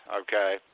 okay